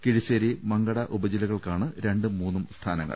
കിഴിശ്ശേരി മങ്കട ഉപജില്ല കൾക്കാണ് രണ്ടും മൂന്നും സ്ഥാനങ്ങൾ